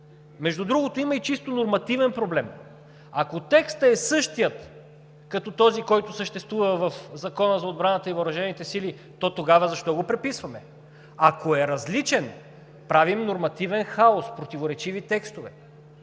Между другото, има и чисто нормативен проблем: ако тестът е същият като този, който съществува в Закона за отбраната и въоръжените сили, то тогава защо го преписваме? Ако е различен – правим нормативен хаос, противоречиви текстове.